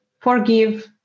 forgive